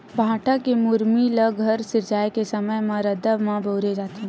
भाठा के मुरमी ल घर सिरजाए के समे रद्दा बनाए म बउरे जाथे